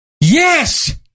Yes